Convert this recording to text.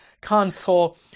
console